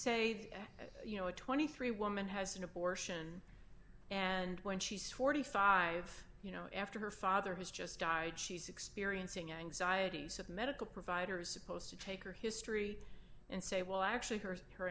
say you know a twenty three woman has an abortion and when she's forty five you know after her father has just died she's experiencing anxiety of medical providers supposed to take her history and say well actually her her